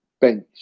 bench